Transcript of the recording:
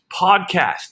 Podcast